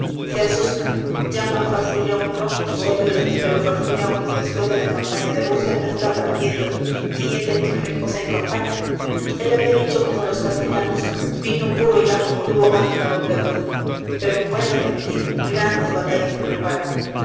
se asusta llama a farfulla i en su ayuda pero farfulla i después de la campaña de rusia no está para fiestas y héteme al rey josé en campaña él había dicho como los castellanos vino puro y ajo crudo hacen al hombre agudo pero en buena se ha metido grandes batallas se preparan